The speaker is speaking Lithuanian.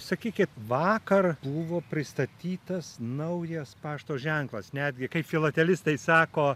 sakykit vakar buvo pristatytas naujas pašto ženklas netgi kaip filatelistai sako